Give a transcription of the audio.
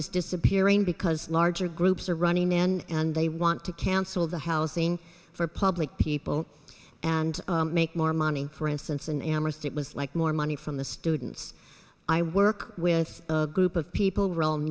is disappearing because larger groups are running in and they want to cancel the housing for public people and make more money for instance in amherst it was like more money from the students i work with a group of people real